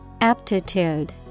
Aptitude